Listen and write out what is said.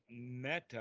meta